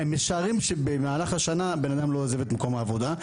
הם משערים במהלך השנה בנאדם לא עוזב את מקום העבודה,